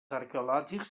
arqueològics